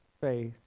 faith